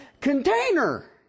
Container